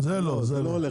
זה לא,